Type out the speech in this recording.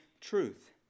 truth